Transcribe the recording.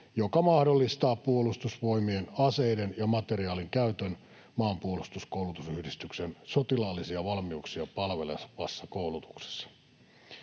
joka mahdollistaa Puolustusvoimien aseiden ja materiaalin käytön Maanpuolustuskoulutusyhdistyksen sotilaallisia valmiuksia palvelevassa koulutuksessa.